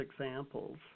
examples